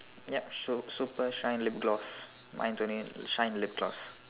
ya so so first shine lip gloss mine's only shine lip gloss